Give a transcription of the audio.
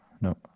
no